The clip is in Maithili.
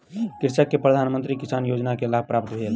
कृषक के प्रधान मंत्री किसान योजना सॅ लाभ प्राप्त भेल